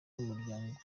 numuryango